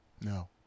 No